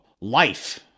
life